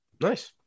nice